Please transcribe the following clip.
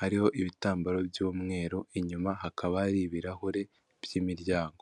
hariho ibitambaro by'umweru inyuma hakaba hari ibirahure by'imiryango.